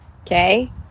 okay